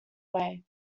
way